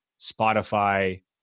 Spotify